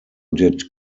did